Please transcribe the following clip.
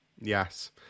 yes